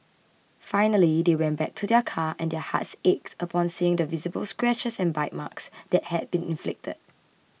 finally they went back to their car and their hearts aches upon seeing the visible scratches and bite marks that had been inflicted